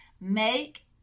Make